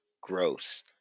gross